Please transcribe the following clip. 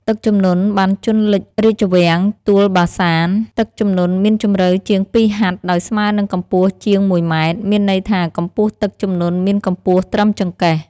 ទឹកជំនន់បានជនលិចរាជវាំងទួលបាសាន ទឹកជំនន់មានជម្រៅជាង២ហត្ថ ដោយស្មើនិងកម្ពស់ជាង ១ ម៉ែត្រ មានន័យថាកម្ពស់ទឹកជំនន់មានកម្ពស់ត្រឹមចង្កេះ ។